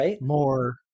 more